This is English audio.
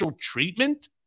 treatment